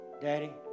Daddy